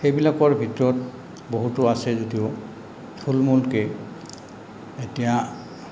সেইবিলাকৰ ভিতৰত বহুতো আছে যদিও থোলমূলকৈ এতিয়া